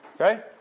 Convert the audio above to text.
Okay